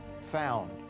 found